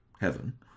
heaven